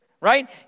Right